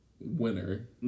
winner